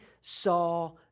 saw